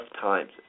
times